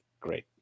great